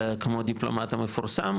כמו הדיפלומט המפורסם,